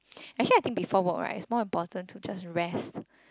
actually I think before work right is more important to just rest